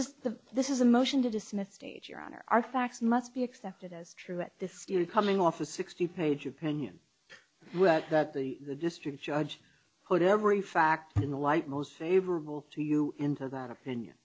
the this is a motion to dismiss state your honor our facts must be accepted as true at this coming off a sixty page opinion that the the district judge put every fact in the light most favorable to you into that opinion